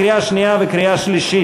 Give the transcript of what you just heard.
לקריאה שנייה וקריאה שלישית.